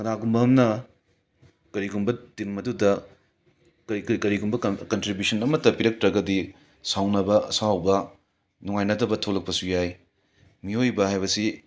ꯀꯅꯥꯒꯨꯝꯕ ꯑꯃꯅ ꯀꯔꯤꯒꯨꯝꯕ ꯇꯤꯝ ꯑꯗꯨꯗ ꯀꯔꯤ ꯀꯔꯤꯒꯨꯝꯕ ꯀꯟꯇ꯭ꯔꯤꯕ꯭ꯌꯨꯁꯟ ꯑꯃꯠꯇ ꯄꯤꯔꯛꯇ꯭ꯔꯒꯗꯤ ꯁꯥꯎꯅꯕ ꯑꯁꯥꯎꯕ ꯅꯨꯡꯉꯥꯏꯅꯗꯕ ꯊꯣꯛꯂꯛꯄꯁꯨ ꯌꯥꯏ ꯃꯤꯑꯣꯏꯕ ꯍꯥꯏꯕꯁꯤ